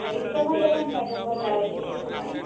ହଇ ତୁମ ଦୋକାନ୍ଟା ଏକା ଭଲ ଲାଗବ ତ ସେଥିପାଇଁ